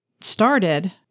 started